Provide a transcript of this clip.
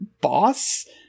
boss